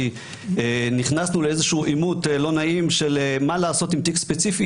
כי נכנסנו לאיזשהו עימות לא נעים של מה לעשות עם תיק ספציפי.